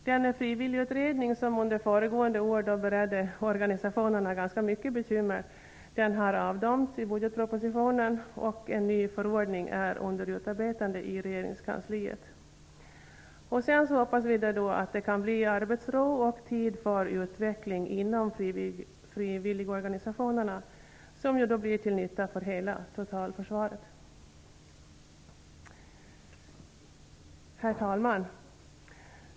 Den frivilligutredning som under föregående år beredde organisationerna mycket bekymmer har avdömts i budgetpropositionen, och en ny förordning håller på att utarbetas i regeringskansliet. Därefter hoppas vi att det kan bli arbetsro och tid för utveckling inom frivilligorganisationerna till nytta för hela totalförsvaret. Herr talman!